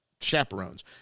chaperones